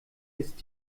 ist